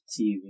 TV